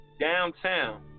downtown